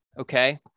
okay